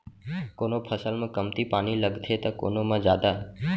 कोनो फसल म कमती पानी लगथे त कोनो म जादा